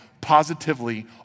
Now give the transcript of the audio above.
positively